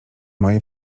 moje